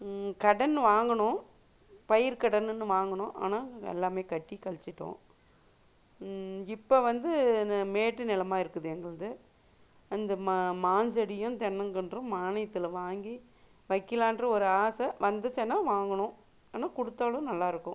கடன் வாங்கினோம் பயிர் கடனுன்னு வாங்கினோம் ஆனால் எல்லாம் கட்டி கழிச்சிவிட்டோம் இப்போ வந்து இந்த மேடு நிலமா இருக்குது எங்களுது அந்த மாஞ்செடியும் தென்னங்கன்றும் மானியத்தில் வாங்கி வைக்கிலான்ற ஒரு ஆசை வந்துச்சுனா வாங்கணும் ஆனால் கொடுத்தாலும் நல்லா இருக்கும்